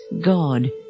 God